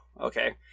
okay